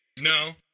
No